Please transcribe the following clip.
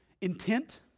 Intent